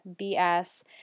BS